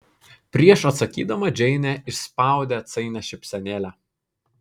prieš atsakydama džeinė išspaudė atsainią šypsenėlę